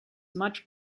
much